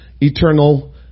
eternal